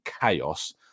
chaos